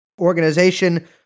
organization